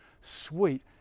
sweet